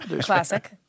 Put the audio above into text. Classic